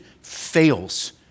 fails